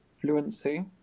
fluency